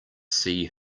see